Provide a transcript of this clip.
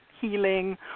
healing